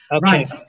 right